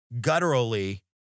gutturally